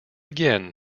again